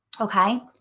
Okay